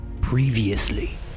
Previously